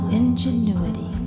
ingenuity